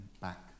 back